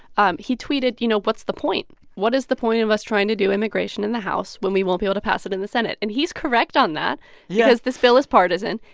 um he tweeted, you know, what's the point? what is the point of us trying to do immigration in the house when we won't be able to pass it in the senate? and he's correct on that yeah. because this bill is partisan.